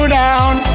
down